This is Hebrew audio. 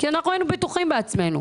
כי אנחנו היינו בטוחים בעצמנו.